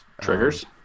triggers